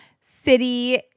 city